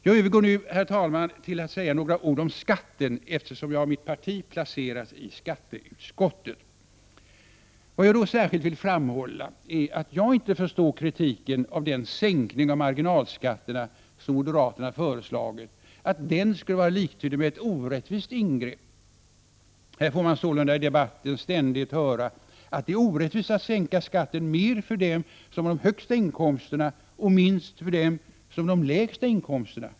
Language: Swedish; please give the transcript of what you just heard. Jag övergår nu, herr talman, till att säga några ord om skatten eftersom jag av mitt parti placerats i skatteutskottet. Vad jag då särskilt vill framhålla är att jag inte förstår kritiken av den sänkning av marginalskatterna som moderaterna föreslagit, att den skulle vara liktydig med ett orättvist ingrepp. Här får man sålunda i debatten ständigt höra att det är orättvist att sänka skatten mer för dem som har de högsta inkomsterna och minst för dem som har de lägsta inkomsterna.